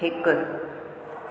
हिकु